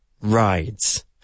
rides